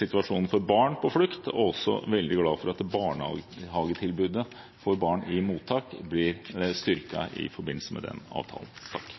situasjonen for barn på flukt, og vi er også veldig glade for at barnehagetilbudet for barn i mottak blir styrket i forbindelse med den avtalen.